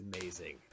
amazing